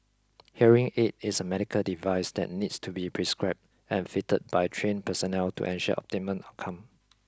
hearing aid is a medical device that needs to be prescribed and fitted by trained personnel to ensure optimum outcome